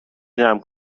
جمع